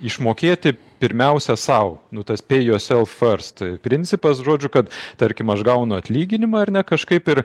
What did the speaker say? išmokėti pirmiausia sau nu tas pay yourself first principas žodžiu kad tarkim aš gaunu atlyginimą ar ne kažkaip ir